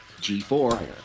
G4